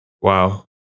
Wow